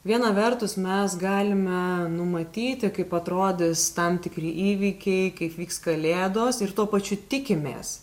viena vertus mes galime numatyti kaip atrodys tam tikri įvykiai kaip vyks kalėdos ir tuo pačiu tikimės